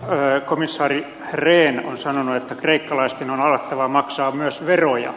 kun komissaari rehn on sanonut että kreikkalaisten on alettava maksaa myös veroja